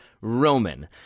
Roman